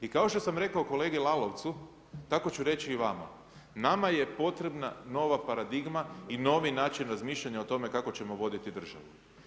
I kao što sam rekao kolegi Lalovcu, tako ću reći i vama, nama je potrebna nova paradigma i novi način razmišljanja o tome kako ćemo vidjeti državu.